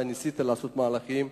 אתה ניסית לעשות מהלכים,